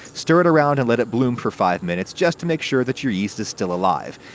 stir it around and let it bloom for five minutes, just to make sure that your yeast is still alive.